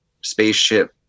spaceship